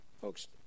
Folks